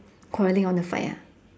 quarrelling wanna fight ha